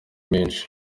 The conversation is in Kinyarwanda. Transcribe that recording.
menshi